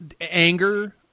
anger